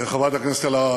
חברת הכנסת אלהרר,